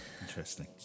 Interesting